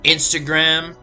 Instagram